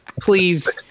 please